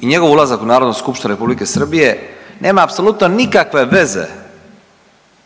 i njegov ulazak u Narodnu skupštinu R. Srbije nema apsolutno nikakve veze